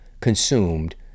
consumed